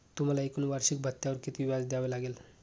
तुम्हाला एकूण वार्षिकी भत्त्यावर किती व्याज द्यावे लागले